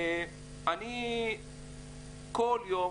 אני כל יום,